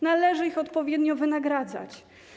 Należy ich odpowiednio wynagradzać.